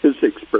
physics